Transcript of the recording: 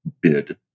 bid